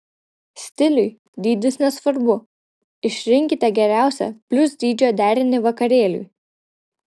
stiliui dydis nesvarbu išrinkite geriausią plius dydžio derinį vakarėliui